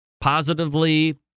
positively